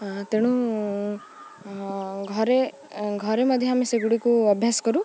ତେଣୁ ଘରେ ଘରେ ମଧ୍ୟ ଆମେ ସେଗୁଡ଼ିକୁ ଅଭ୍ୟାସ କରୁ